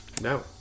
no